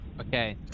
Okay